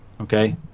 okay